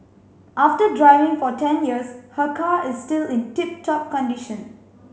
after driving for ten years her car is still in tip top condition